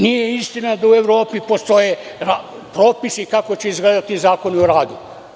Nije istina da u Evropi postoje propisi kako će izgledati Zakon o radu.